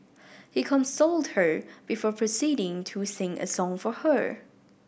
he consoled her before proceeding to sing a song for her